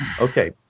Okay